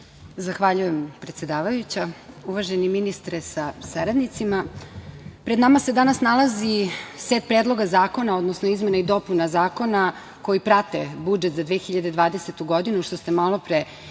Zahvaljujem, predsedavajuća. Uvaženi ministre sa saradnicima, pred nama se danas nalazi set predloga zakona, odnosno izmene i dopuna zakona koji prate budžet za 2020. godinu, što ste malopre i obrazložili